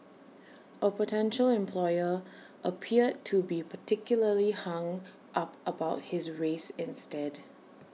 A potential employer appeared to be particularly hung up about his race instead